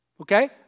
Okay